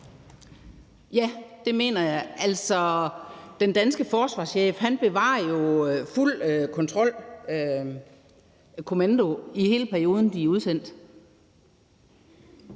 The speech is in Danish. Ja, det mener jeg. Altså, den danske forsvarschef bevarer jo fuld kontrol og kommando, hele perioden de er udsendt.